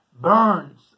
burns